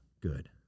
Good